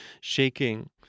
shaking